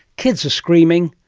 kids are screaming,